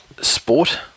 Sport